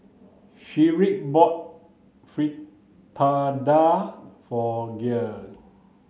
Shedrick bought Fritada for Gil